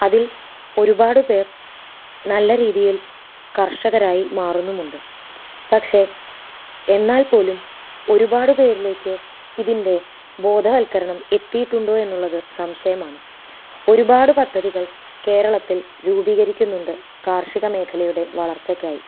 അതിൽ ഒരുപാട് പേർ നല്ല രീതിയിൽ കർഷകരായി മാറുന്നുമുണ്ട് പക്ഷേ എന്നാൽപോലും ഒരുപാട് പേരിലേക്ക് ഇതിന്റെ ബോധവൽക്കരണം എത്തിയിട്ടുണ്ടോ എന്നുള്ളത് സംശയമാണ് ഒരുപാട് പദ്ധതികൾ കേരളത്തിൽ രൂപീകരിക്കുന്നുണ്ട് കാർഷിക മേഖലയുടെ വളർച്ചയ്ക്കായി